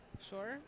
Sure